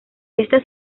esta